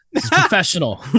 professional